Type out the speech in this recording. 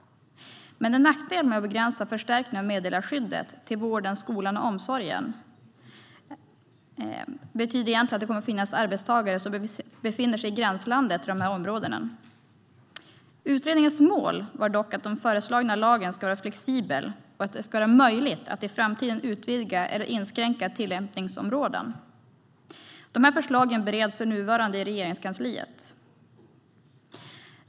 En nackdel med att begränsa förstärkningen av meddelarskyddet till vården, skolan och omsorgen är att det kommer att finnas arbetstagare som befinner sig i gränslandet till dessa områden. Utredningens mål var dock att den föreslagna lagen ska vara flexibel och att det ska vara möjligt att i framtiden utvidga eller inskränka tillämpningsområdet. Förslagen bereds för närvarande i Regeringskansliet.